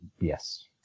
yes